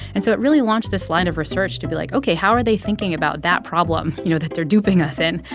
and so it really launched this line of research to be, like, ok, how are they thinking about that problem, you know, that they're duping us in?